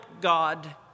God